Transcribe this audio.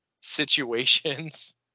situations